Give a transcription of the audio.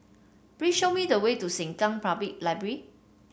please show me the way to Sengkang Public Library